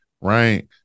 right